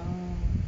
ah